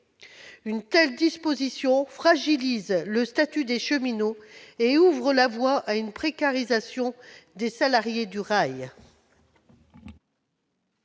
Elle fragilisera le statut des cheminots et ouvre la voie à une précarisation des salariés du rail.